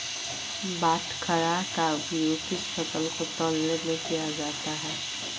बाटखरा का उपयोग किस फसल को तौलने में किया जाता है?